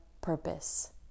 purpose